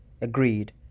agreed